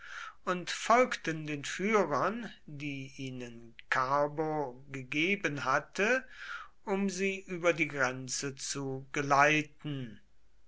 und folgten den führern die ihnen carbo gegeben hatte um sie über die grenze zu geleiten